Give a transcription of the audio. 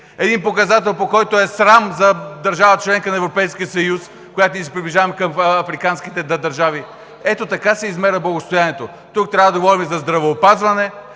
един показател, който е срам за държава – членка на Европейския съюз, когато ние се приближаваме към африканските държави. Ето така се измерва благосъстоянието! Тук трябва да говорим за здравеопазване,